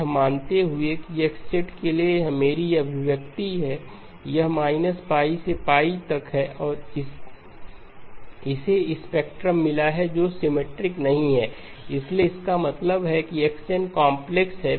यह मानते हुए कि X के लिए यह मेरी अभिव्यक्ति है यह π से π तक है और इसे एक स्पेक्ट्रम मिला है जो सिमिट्रिक नहीं है इसलिए इसका मतलब है कि x n कॉम्प्लेक्स है